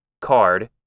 card